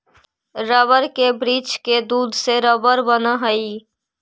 rubber के वृक्ष के दूध से रबर बनऽ हई